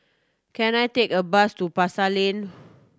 can I take a bus to Pasar Lane